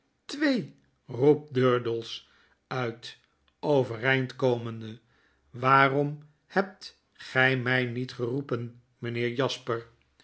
twee roept durdels uit overeind komende waarom hebt gij mij niet geroepen meneer jasper